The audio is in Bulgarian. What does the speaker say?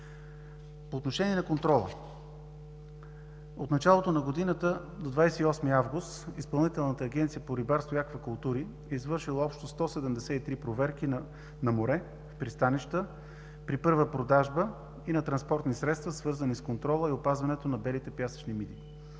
По отношение на контрола. От началото на годината до 28 август Изпълнителната агенция по рибарство и аквакултури е извършила общо 173 проверки на море, пристанища, при първа продажба и на транспортни средства, вързани с контрола и опазването на белите пясъчни миди.